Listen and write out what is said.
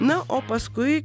na o paskui